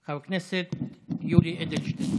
חבר הכנסת יולי אדלשטיין.